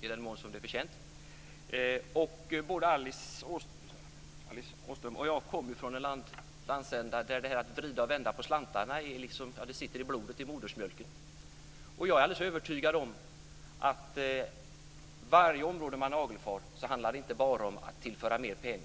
i den mån det är förtjänt. Både Alice Åström och jag kommer från en landsända där att vrida och vända på slantarna sitter i blodet och kommer med modersmjölken. Jag är alldeles övertygad om att det på varje område man nagelfar inte bara handlar om att tillföra mer pengar.